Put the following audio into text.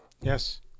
Yes